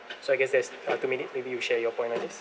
so I guess there's uh two minute maybe you share your point on this